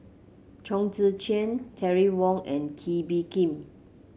Chong Tze Chien Terry Wong and Kee Bee Khim